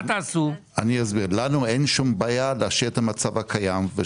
לנו אין בעיה להשאיר את המצב הקיים.